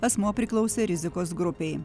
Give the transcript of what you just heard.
asmuo priklausė rizikos grupei